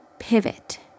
pivot